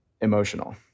emotional